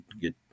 get